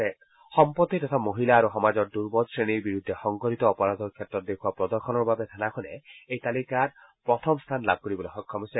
থানাখনে সম্পত্তি তথা মহিলা আৰু সমাজৰ দুৰ্বল শ্ৰেণীৰ বিৰুদ্ধে সংঘটিত অপৰাধৰ ক্ষেত্ৰত দেখুওৱা প্ৰদৰ্শনৰ বাবে থানাখনে এই তালিকাত প্ৰথম স্থান লাভ কৰিবলৈ সক্ষম হৈছে